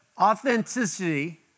authenticity